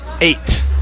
eight